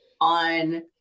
on